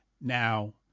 Now